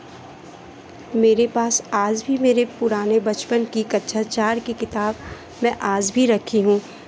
मेरे पास आज भी मेरे पुराने बचपन की कक्षा चार की किताब मैं आज भी रखी हूँ